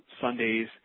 Sundays